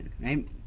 right